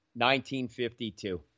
1952